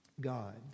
God